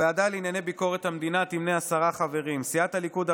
הוועדה לענייני ביקורת המדינה תמנה עשרה חברים: סיעת הליכוד,